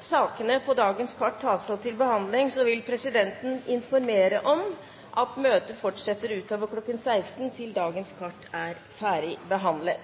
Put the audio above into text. sakene på dagens kart tas opp til behandling, vil presidenten informere om at møtet fortsetter utover kl. 16.00 til dagens kart er ferdigbehandlet.